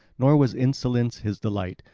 nor was insolence his delight,